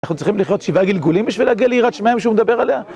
אנחנו צריכים לחיות שבעה גלגולים בשביל להגיע ליראת שמיים שהוא מדבר עליה?